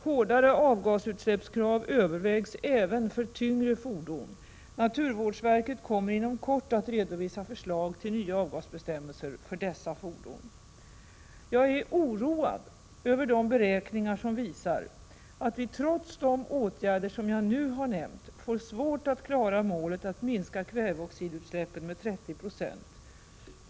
Hårdare avgasutsläppskrav övervägs även för tyngre fordon. Naturvårdsverket kommer inom kort att redovisa förslag till nya avgasbestämmelser för dessa fordon. Jag är oroad över de beräkningar som visar att vi, trots de åtgärder som jag nu har nämnt, får svårt att klara målet att minska kväveoxidutsläppen med 30 90.